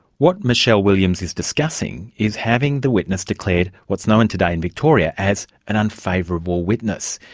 what michele williams is discussing is having the witness declared what's known today in victoria as an unfavourable witness.